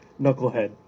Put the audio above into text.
knucklehead